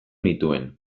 nituen